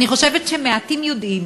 אני חושבת שמעטים יודעים